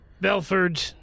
Belford